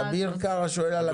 אביר קארה שואל על הקולגייט.